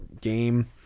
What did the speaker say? game